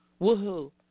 Woohoo